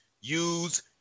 use